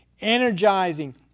energizing